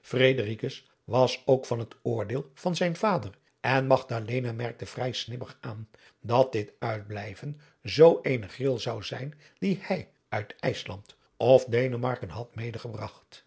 fredericus was ook van het oordeel van zijn vader en magdalena merkte vrij snebbig aan dat dit uitblijven zoo eene gril zou zijn die hij uit ijsland of denemarken had meêgebragt